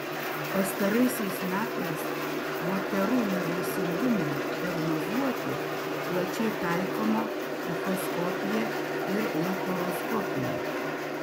pastaraisiais metais moterų nevaisingumui diagnozuoti plačiai taikoma echoskopija ir laparoskopija